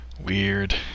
Weird